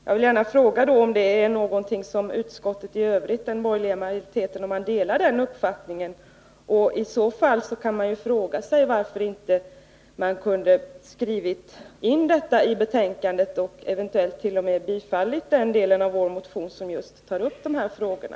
Jag vill då gärna fråga om det är en uppfattning som den borgerliga majoriteten i utskottet delar. I så fall kan man fråga sig varför utskottet inte skrivit in det i betänkandet och kanske t.o.m. tillstyrkt den del av vår motion som tar upp just de här frågorna.